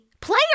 player